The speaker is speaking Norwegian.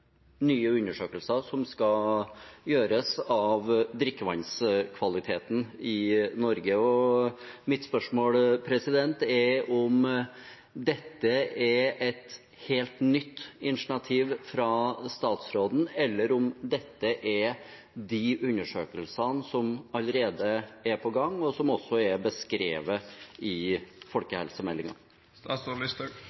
nye undersøkelser som skal gjøres av drikkevannskvaliteten i Norge. Mitt spørsmål er om dette er et helt nytt initiativ fra statsråden, eller om dette er de undersøkelsene som allerede er på gang, som også er beskrevet i